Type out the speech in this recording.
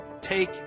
take